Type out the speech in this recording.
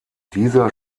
dieser